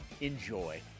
enjoy